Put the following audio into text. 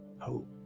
hope